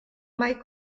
mai